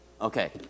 Okay